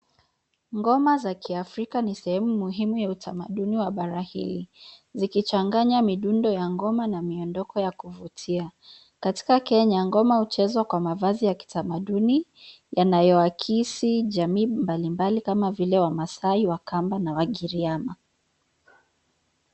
Ngoma za kiafrika ni sehemu muhimu ya utamaduni wa bara hili, zikichanganya midundo ya ngoma na miondoko ya kuvutia. Katika Kenya, ngoma huchezwa kwa mavazi ya kitamaduni, yanayoakisi jamii mbalimbali kama vile wamasai, wakamba na wagiriama.